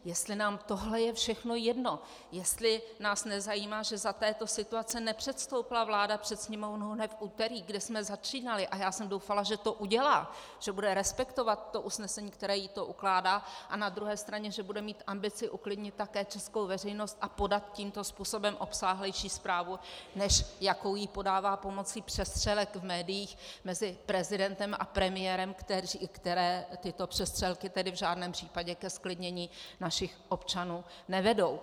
Jestli nám tohle je všechno jedno, jestli nás nezajímá, že za této situace nepředstoupila vláda před Sněmovnu hned v úterý, kdy jsme začínali a já jsem doufala, že to udělá, že bude respektovat to usnesení, které jí to ukládá, a na druhé straně že bude mít ambici uklidnit také českou veřejnost a podat tímto způsobem obsáhlejší zprávu, než jakou jí podává pomocí přestřelek v médiích mezi prezidentem a premiérem, které v žádném případě ke zklidnění našich občanů nevedou.